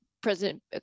President